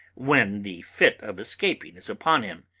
when the fit of escaping is upon him!